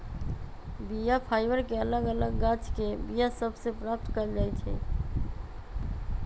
बीया फाइबर के अलग अलग गाछके बीया सभ से प्राप्त कएल जाइ छइ